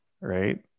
right